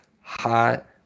hot